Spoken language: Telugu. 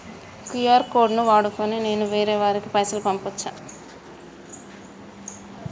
క్యూ.ఆర్ కోడ్ ను వాడుకొని నేను వేరే వారికి పైసలు పంపచ్చా?